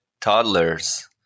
toddlers